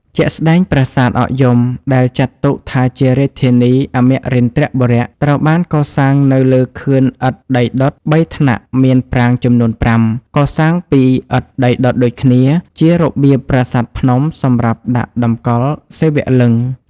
ជាក់ស្ដែង ប្រាសាទអកយំ ដែលចាត់ទុកថាជារាជធានីអមរិន្ទ្របុរៈ ត្រូវបានកសាងនៅលើខឿនឥដ្ឋដីដុត ៣ ថ្នាក់ មានប្រាង្គចំនួន ៥ កសាងពីឥដ្ឋដីដុតដូចគ្នា ជារបៀបប្រាសាទភ្នំសម្រាប់ដាក់តម្កល់សិវលិង្គ។